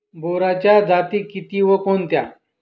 बोराच्या जाती किती व कोणत्या?